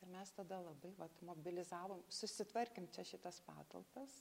ir mes tada labai vat mobilizavom susitvarkėm čia šitas patalpas